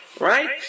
right